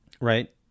right